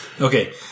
Okay